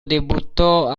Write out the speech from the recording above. debuttò